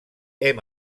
hem